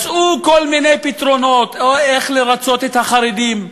מצאו כל מיני פתרונות איך לרצות את החרדים.